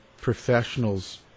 professionals